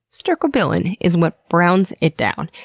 stercobilin is what browns it down,